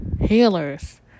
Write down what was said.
healers